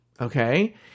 okay